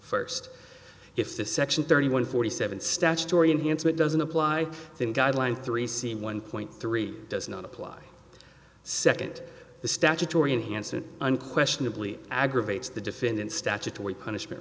first if the section thirty one forty seven statutory enhancement doesn't apply then guideline three c one point three does not apply the second the statutory enhancement unquestionably aggravates the defendant statutory punishment